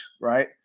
right